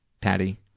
Patty